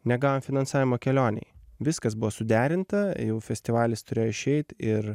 negavom finansavimo kelionei viskas buvo suderinta jau festivalis turėjo išeit ir